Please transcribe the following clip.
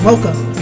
Welcome